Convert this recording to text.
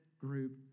group